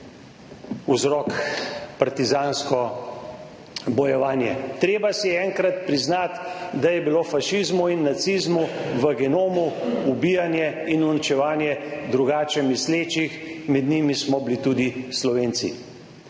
vzrok partizansko bojevanje. Treba si je enkrat priznati, da je bilo fašizmu in nacizmu v genomu ubijanje in uničevanje drugače mislečih. Med njimi smo bili tudi Slovenci.